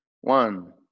One